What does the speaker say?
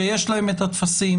שיש להם את הטפסים,